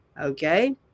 Okay